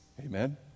Amen